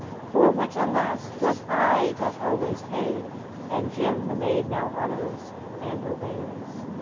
for which, alas! twas i that always paid and jim the maid now honors and obeys.